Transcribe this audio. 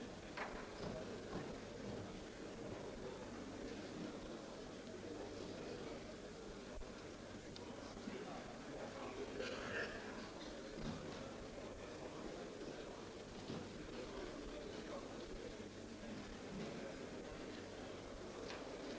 Herr talman! Med det anförda yrkar jag bifall till utskottets förslag att ärendet avgörs efter endast en bordläggning.